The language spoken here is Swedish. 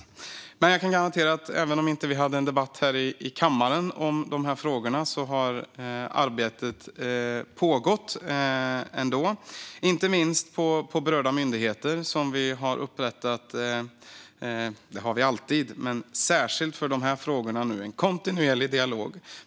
Även om vi inte hade en debatt här i kammaren om dessa frågor kan jag garantera att arbetet har pågått ändå, inte minst på berörda myndigheter. Vi har nu upprättat en kontinuerlig dialog - vi har alltid en dialog - särskilt för dessa frågor.